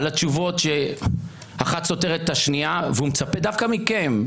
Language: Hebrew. על התשובות שאחת סותרת את השנייה והוא מצפה דווקא מכם,